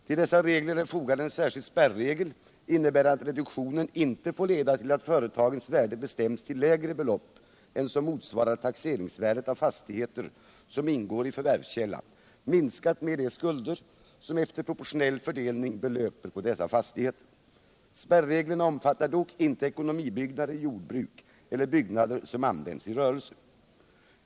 Till dessa regler är fogad en särskild spärregel, innebärande att reduktionen inte får leda till att företagens värde bestäms till lägre belopp än som motsvarar taxeringsvärdet av fastigheter som ingår i förvärvskällan, minskat med de skulder som efter proportionell fördelning belöper på dessa fastigheter. Spärreglerna omfattar dock inte ekonomibyggnader i jordbruk eller byggnader som används i rörelse.